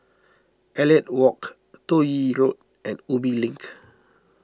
Elliot Walk Toh Yi Road and Ubi Link